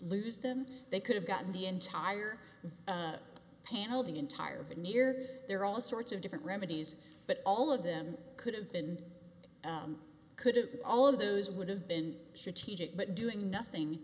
lose them they could have gotten the entire panel the entire veneer there are all sorts of different remedies but all of them could have been could have all of those would have been should teach it but doing nothing